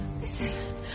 listen